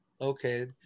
okay